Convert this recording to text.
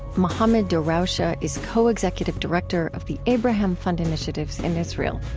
mohammad darawshe ah is co-executive director of the abraham fund initiatives in israel